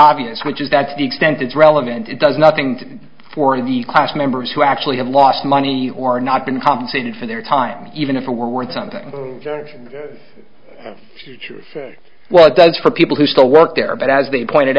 obvious which is that to the extent it's relevant it does nothing for the class members who actually have lost money or not been compensated for their time even if it were worth something well it does for people who still work there but as they pointed